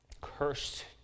Cursed